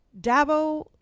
Dabo